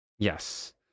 Yes